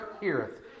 heareth